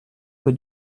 que